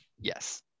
Yes